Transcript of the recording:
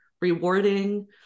rewarding